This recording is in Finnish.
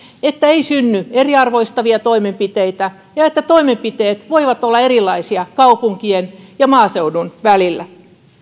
ettei synny eriarvoistavia toimenpiteitä ja että toimenpiteet voivat olla erilaisia kaupunkien ja maaseudun välillä